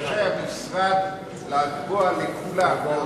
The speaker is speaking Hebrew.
רשאי המשרד לקבוע לכולם,